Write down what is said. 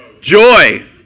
Joy